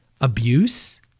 abuse